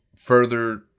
further